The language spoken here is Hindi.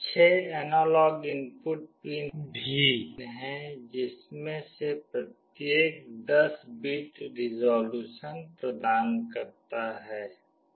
6 एनालॉग इनपुट पिन भी हैं जिनमें से प्रत्येक 10 बिट्स रिज़ॉल्यूशन प्रदान करता है